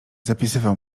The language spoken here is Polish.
zapisywał